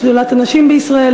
שדולת הנשים בישראל,